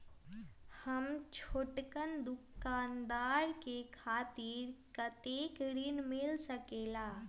हम छोटकन दुकानदार के खातीर कतेक ऋण मिल सकेला?